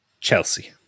Chelsea